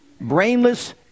Brainless